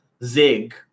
Zig